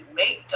make